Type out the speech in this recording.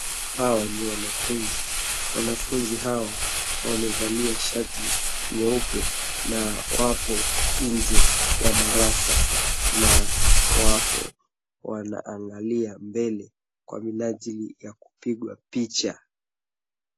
Hawa ni wanafunzi. Wanafunzi hawa wamevalia shati nyeupe na wapo nje ya darasa na wapo wanaangalia mbele kwa minajili ya kupigwa picha.